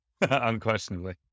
Unquestionably